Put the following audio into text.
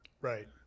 Right